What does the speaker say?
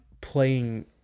playing